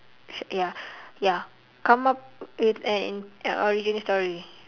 ya ya come up with an origin story